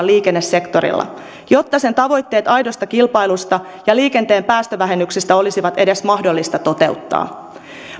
liikennesektorilla jotta sen tavoitteet aidosta kilpailusta ja liikenteen päästövähennyksistä olisivat edes mahdollista toteuttaa